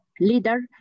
leader